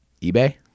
ebay